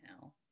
now